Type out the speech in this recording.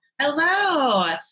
Hello